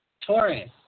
Taurus